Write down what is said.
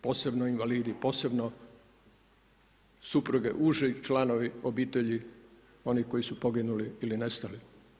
Posebno invalidi, posebno supruge, uži članovi obitelji, onih koji su poginuli ili nestali.